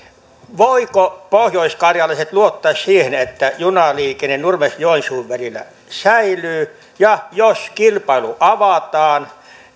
voivatko pohjoiskarjalaiset luottaa siihen että junaliikenne nurmes joensuu välillä säilyy ja jos kilpailu avataan